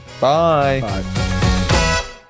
Bye